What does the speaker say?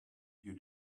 you